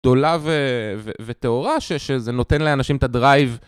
גדולה וטהורה שזה נותן לאנשים את הדרייב.